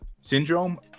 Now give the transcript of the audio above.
syndrome